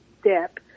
step